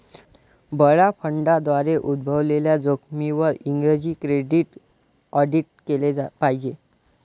बडा फंडांद्वारे उद्भवलेल्या जोखमींवर इंग्रजी केंद्रित ऑडिट केले पाहिजे